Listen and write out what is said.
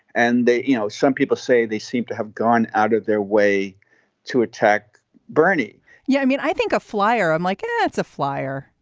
and they you know, some people say they seem to have gone out of their way to attack bernie yeah. i mean, i think a flyer i'm like, yeah it's a flier.